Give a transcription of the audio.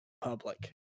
public